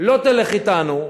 לא תלך אתנו,